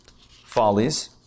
follies